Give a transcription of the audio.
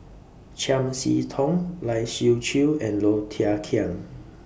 Chiam See Tong Lai Siu Chiu and Low Thia Khiang